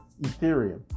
Ethereum